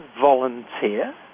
volunteer